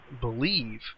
believe